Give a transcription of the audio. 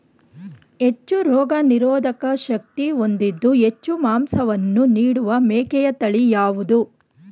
ಹೆಚ್ಚು ರೋಗನಿರೋಧಕ ಶಕ್ತಿ ಹೊಂದಿದ್ದು ಹೆಚ್ಚು ಮಾಂಸವನ್ನು ನೀಡುವ ಮೇಕೆಯ ತಳಿ ಯಾವುದು?